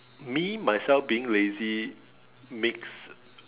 me myself being lazy makes